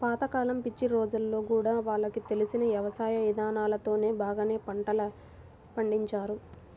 పాత కాలం పిచ్చి రోజుల్లో గూడా వాళ్లకు తెలిసిన యవసాయ ఇదానాలతోనే బాగానే పంటలు పండించారు